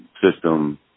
system